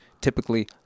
typically